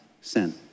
sin